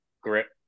grip